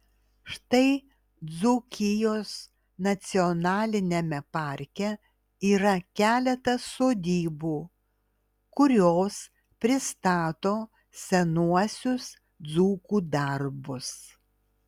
štai dzūkijos nacionaliniame parke yra keletas sodybų kurios pristato senuosius dzūkų darbus